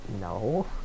No